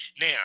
Now